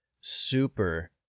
super